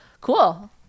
Cool